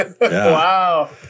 Wow